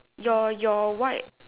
your your white